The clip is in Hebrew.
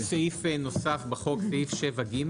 יש סעיף נוסף בחוק, סעיף 7(ג)